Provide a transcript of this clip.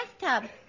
bathtub